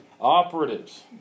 operatives